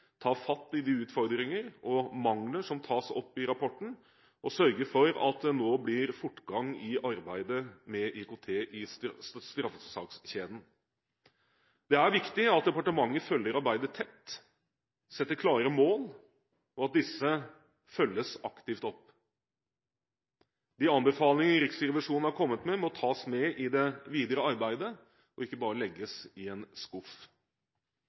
tar tak i de utfordringer og mangler som tas opp i rapporten, og sørger for at det nå blir fortgang i arbeidet med IKT i straffesakskjeden. Det er viktig at departementet følger arbeidet tett, setter klare mål, og at disse følges aktivt opp. De anbefalinger Riksrevisjonen har kommet med, må tas med i det videre arbeidet og ikke bare legges i en skuff.